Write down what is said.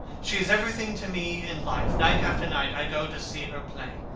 she is everything to me in life. night after night i go to see her play.